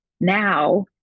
Now